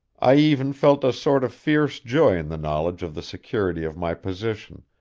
i even felt a sort of fierce joy in the knowledge of the security of my position,